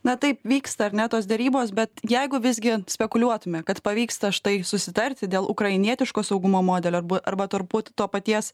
na taip vyksta ar ne tos derybos bet jeigu visgi spekuliuotume kad pavyksta štai susitarti dėl ukrainietiško saugumo modelio arba arba turbūt to paties